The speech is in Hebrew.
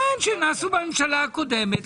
כן, שנעשו בממשלה הקודמת.